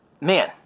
Man